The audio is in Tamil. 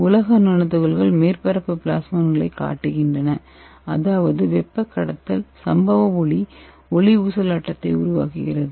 உலோக நானோ துகள்கள் மேற்பரப்பு பிளாஸ்மோனைக் காட்டுகின்றன அதாவது வெப்பக்கடத்தல் சம்பவ ஒளி ஊசலாட்டத்தை உருவாக்குகிறது